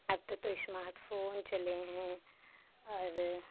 अब तो smart phone चले हैं और